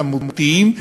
כמותיים,